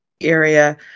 area